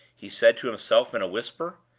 he said to himself in a whisper.